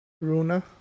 Runa